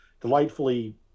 delightfully